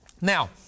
Now